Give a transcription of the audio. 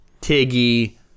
Tiggy